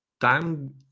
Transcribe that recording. time